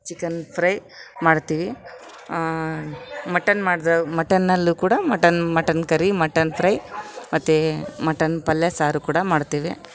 chicken fry ಮಾಡ್ತಿವಿ mutton ಮಾಡ್ದಾಗ ಮಟನಲ್ಲು ಕೂಡ mutton mutton curry mutton fry ಮತ್ತು ಮಟನ್ ಪಲ್ಯ ಸಾರು ಕೂಡ ಮಾಡ್ತಿವಿ